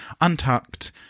Untucked